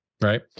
Right